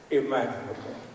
imaginable